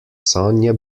sonia